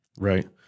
Right